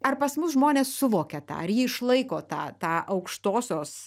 ar pas mus žmonės suvokia tą ar ji išlaiko tą tą aukštosios